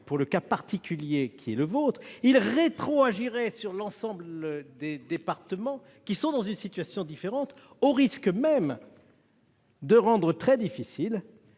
pour le cas particulier qui est le vôtre, cette disposition rétroagirait sur l'ensemble des départements qui sont dans une situation différente, au risque même de rendre très difficile